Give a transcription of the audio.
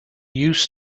used